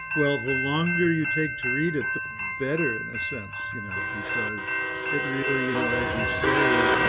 well, the longer you take to read it, the better in a sense, you know, because it really, you know, as you say,